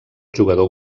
jugador